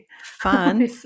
Fun